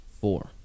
four